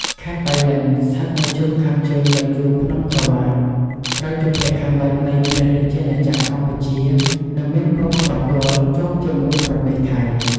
ខេត្តប៉ៃលិន ស្ថិតនៅជ្រុងខាងជើងនៃជួរភ្នំក្រវាញ ត្រូវជាភាគខាងលិចនៃព្រះរាជាណាចក្រកម្ពុជា និងមានព្រំប្រទល់ជាប់ជាមួយប្រទេសថៃ។